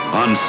on